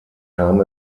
kam